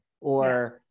or-